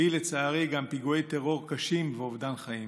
והיא, לצערי, גם פיגועי טרור קשים ואובדן חיים.